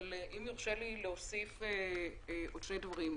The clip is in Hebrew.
אבל אם יורשה לי להוסיף עוד שני דברים.